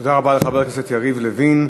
תודה רבה לחבר הכנסת יריב לוין.